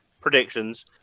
predictions